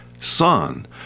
Son